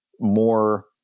more